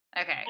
Okay